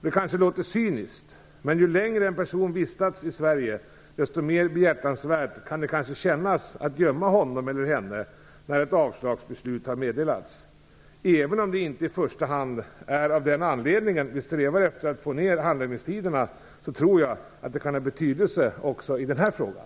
Det kanske låter cyniskt, men ju längre en person vistats i Sverige, desto mer behjärtansvärt kan det kanske kännas att gömma honom eller henne när ett avslagsbeslut har meddelats. Även om det inte i första hand är av den anledningen vi strävar efter att få ned handläggningstiderna, tror jag att det kan ha betydelse också i den här frågan.